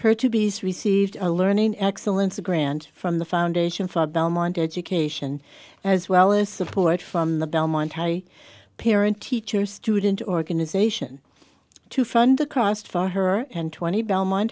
her to be received a learning excellence a grant from the foundation for belmont education as well as support from the belmont had a parent teacher student organization to fund the cost for her and twenty belmont